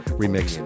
remix